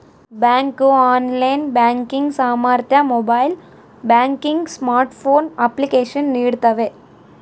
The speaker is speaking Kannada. ಬ್ಯಾಂಕು ಆನ್ಲೈನ್ ಬ್ಯಾಂಕಿಂಗ್ ಸಾಮರ್ಥ್ಯ ಮೊಬೈಲ್ ಬ್ಯಾಂಕಿಂಗ್ ಸ್ಮಾರ್ಟ್ಫೋನ್ ಅಪ್ಲಿಕೇಶನ್ ನೀಡ್ತವೆ